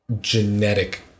genetic